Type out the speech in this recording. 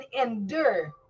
endure